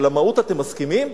על המהות אתם מסכימים?